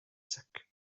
zack